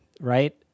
Right